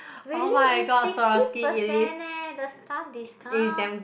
really it's sixty percent eh the staff discount